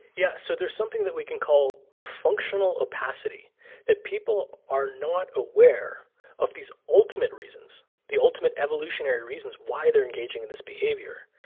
yeah. so there's something that we can call functional opacity that people are not aware of these ultimate reasons, the ultimate evolutionary reasons, why they're engaging in this behavior.